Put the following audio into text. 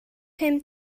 pum